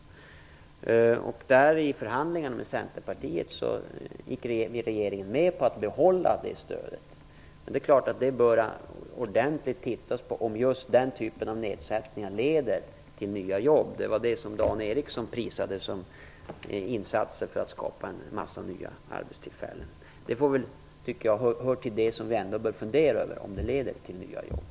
I förhandlingarna med Centerpartiet gick regeringen med på att behålla det stödet. Men det är klart att man ordentligt behöver titta på om just den typen av nedsättningar leder till nya jobb, något som Dan Ericsson prisade som insatser för att skapa en massa nya arbetstillfällen. Jag tycker att det här ändå hör till det som vi behöver fundera över för att se om det leder till nya jobb.